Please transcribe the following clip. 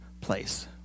place